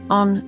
on